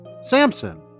Samson